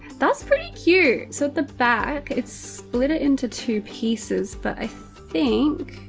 that's pretty cute. so at the back, it's split it into two pieces, but i think,